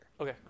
Okay